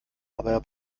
aber